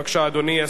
בבקשה, אדוני.